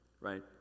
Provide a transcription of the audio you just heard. right